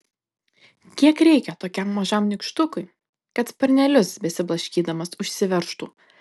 kiek reikia tokiam mažam nykštukui kad sparnelius besiblaškydamas užsiveržtų